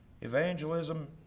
Evangelism